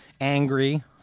angry